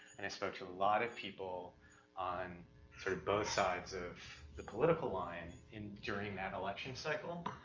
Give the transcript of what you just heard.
and i spoke to a lot of people on sort of both sides of the political line in, during that election cycle,